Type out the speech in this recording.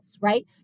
right